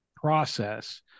process